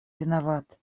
виноват